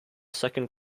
second